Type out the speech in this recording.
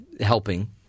helping